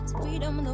freedom